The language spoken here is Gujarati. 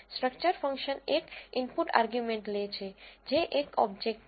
સ્ટ્રક્ચર ફંક્શન એક ઇનપુટ આર્ગ્યુમેન્ટ લે છે જે એક ઓબ્જેક્ટ છે